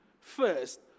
first